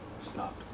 Stop